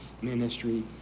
ministry